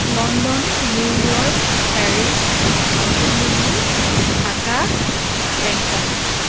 London New York Paris নতুন দিল্লী ঢাকা বেংকক